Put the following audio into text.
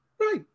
Right